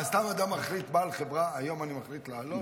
מה, סתם בעל חברה מחליט להעלות?